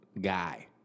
guy